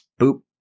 boop